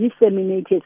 disseminated